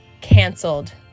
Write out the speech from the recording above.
canceled